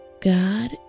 God